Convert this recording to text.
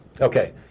Okay